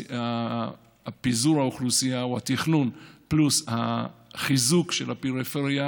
פיזור האוכלוסייה או התכנון פלוס החיזוק של הפריפריה,